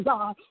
God